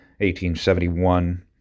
1871